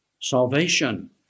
salvation